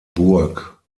burg